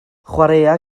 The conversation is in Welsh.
chwaraea